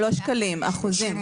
שקלים, אחוזים.